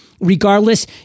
Regardless